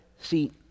see